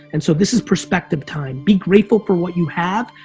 and so this is perspective time. be grateful for what you have,